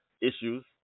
issues